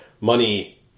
money